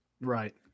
Right